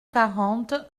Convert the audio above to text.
quarante